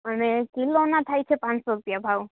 અને કિલોના થાય છે પાંચસો રૂપિયા ભાવ